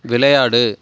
விளையாடு